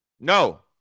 No